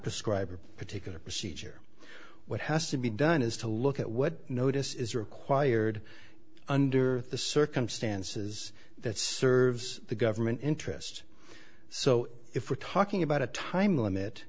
prescribe a particular procedure what has to be done is to look at what notice is required under the circumstances that serves the government interest so if we're talking about a time limit